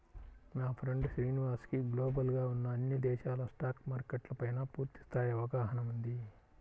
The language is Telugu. మా ఫ్రెండు శ్రీనివాస్ కి గ్లోబల్ గా ఉన్న అన్ని దేశాల స్టాక్ మార్కెట్ల పైనా పూర్తి స్థాయి అవగాహన ఉంది